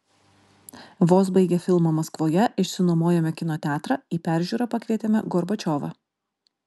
vos baigę filmą maskvoje išsinuomojome kino teatrą į peržiūrą pakvietėme gorbačiovą